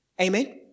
Amen